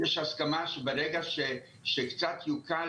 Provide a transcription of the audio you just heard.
הצעה לדיון מהיר שיזמו חבר הכנסת סימון דוידסון וחבר הכנסת יבגני סובה